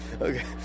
Okay